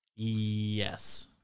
Yes